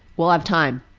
we'll have time.